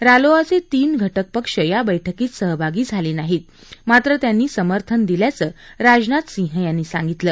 रालोआचे तीन सहयोगी पक्ष या बैठकीत सहभागी झाले नाहीत मात्र त्यांनी समर्थन दिल्याचं राजनाथ सिंह यांनी सांगितलं